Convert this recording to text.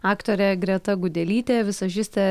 aktorė greta gudelytė vizažistė